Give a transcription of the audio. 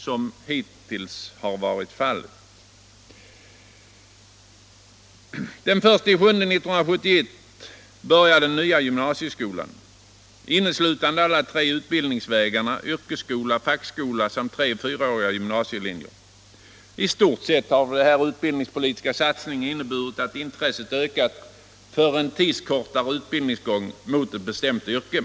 Den 1 juli 1971 började den nya gymnasieskolan, omfattande de tre utbildningsvägarna yrkesskola, fackskola samt 3 och 4-åriga gymnasielinjer. I stort sett har den utbildningspolitiska satsningen inneburit att intresset ökat för en kortare utbildningsgång mot ett bestämt yrke.